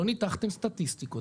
לא ניתנו סטטיסטיקות.